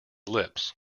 lips